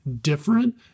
different